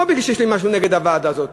לא בגלל שיש לי משהו נגד הוועדה הזאת.